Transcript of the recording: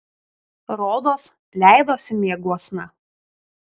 rodos leidosi mieguosna